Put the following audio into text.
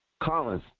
Collins